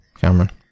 Cameron